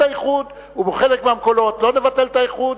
האיחוד ובחלק מהמקומות לא נבטל את האיחוד,